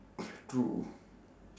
true